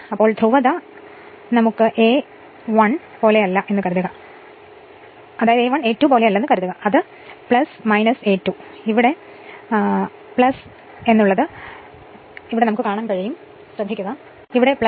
അതിനാൽ ഒരു കാര്യം ഉണ്ട് ഈ ധ്രുവത 1 a 2 പോലെയല്ലെന്ന് കരുതുക അത് a 2 is here is